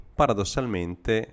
paradossalmente